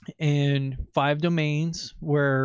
and five domains where